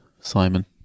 Simon